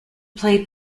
played